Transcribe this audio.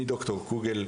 מד"ר קוגל,